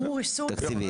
תקציבית.